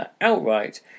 outright